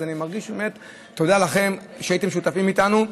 אז תודה לכם שהייתם שותפים לנו.